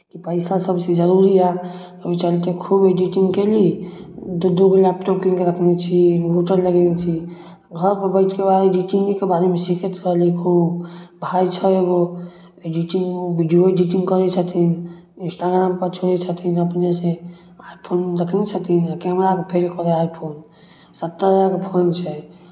तऽ पैसा सभसँ जरूरी हए ओहि चलते खूब एडिटिंग कयली दू दू गो लैपटॉप कीनि कऽ रखने छी एगो रूटर लगयने छी घरपर बैठि कऽ उएह एडिटिंगेके बारेमे सीखैत रहली खूब भाय छै एगो एडिंटिंगमे ओ वीडियो एडिटिंग करै छथिन इंस्टाग्रामपर छोड़ै छथिन अपनेसँ आइ फोन उन रखने छथिन कैमराके फेल करै हइ आइ फोन सत्तरि हजारके फोन छै